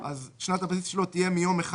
שנת הבסיס שלו היא שנת